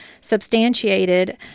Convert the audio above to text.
substantiated